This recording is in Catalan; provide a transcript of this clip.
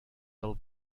del